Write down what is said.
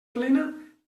plena